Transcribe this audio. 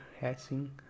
hashing